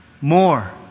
more